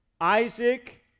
Isaac